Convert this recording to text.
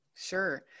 Sure